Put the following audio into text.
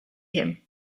him